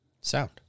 sound